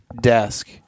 desk